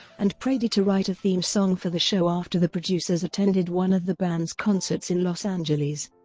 and prady to write a theme song for the show after the producers attended one of the band's concerts in los angeles.